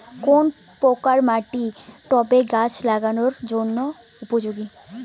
কোন প্রকার মাটি টবে গাছ লাগানোর জন্য উপযুক্ত?